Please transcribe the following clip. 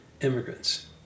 Immigrants